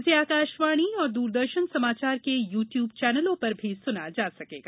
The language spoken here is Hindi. इसे आकाशवाणी और दूरदर्शन समाचार के यूट्यूब चैनलों पर भी सुना जा सकेगा